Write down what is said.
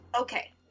Okay